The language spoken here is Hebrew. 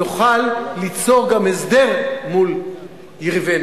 נוכל ליצור גם הסדר מול יריבינו.